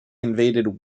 invaded